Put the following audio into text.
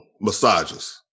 massages